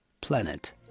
Planet